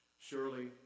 Surely